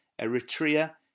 Eritrea